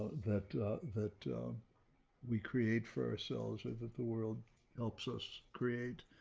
that that we create for ourselves, ah that the world helps us create.